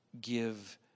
give